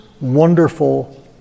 wonderful